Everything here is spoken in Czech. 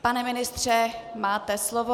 Pane ministře, máte slovo.